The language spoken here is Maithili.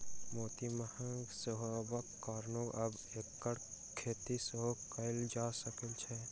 मोती महग होयबाक कारणेँ आब एकर खेती सेहो कयल जा रहल अछि